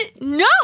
no